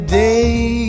day